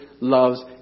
loves